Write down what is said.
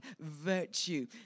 virtue